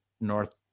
north